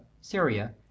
Syria